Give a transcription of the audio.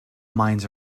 mines